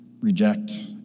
reject